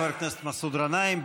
חבר הכנסת מסעוד גנאים,